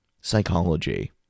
psychology